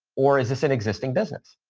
or is this an existing business?